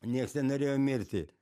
nieks nenorėjo mirti